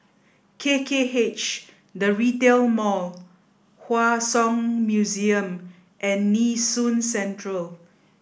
K K H The Retail Mall Hua Song Museum and Nee Soon Central